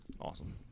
Awesome